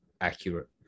accurate